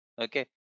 Okay